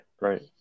right